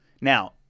Now